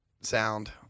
sound